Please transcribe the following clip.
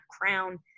Crown